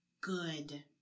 good